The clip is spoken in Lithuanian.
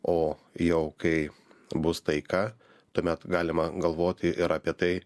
o jau kai bus taika tuomet galima galvoti ir apie tai